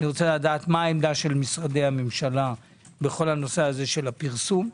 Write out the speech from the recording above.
מה עמדת משרדי הממשלה בכל נושא הפרסום,